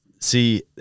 See